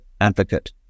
advocate